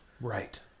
Right